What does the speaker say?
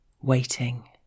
Waiting